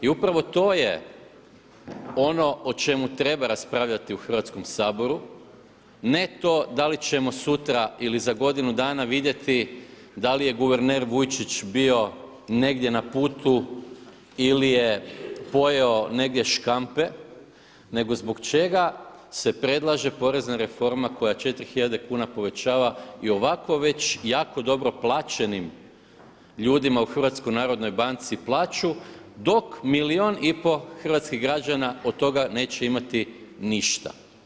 I upravo to je ono o čemu treba raspravljati u Hrvatskom saboru, ne to da li ćemo sutra ili za godinu dana vidjeti da li je guverner Vujčić bio negdje na putu ili je pojeo negdje škampe, nego zbog čega se predlaže porezna reforma koja 4 hiljade kuna povećava i ovako već jako dobro plaćenim ljudima u Hrvatskoj narodnoj banci plaću dok milijun i pol hrvatskih građana od toga neće imati ništa.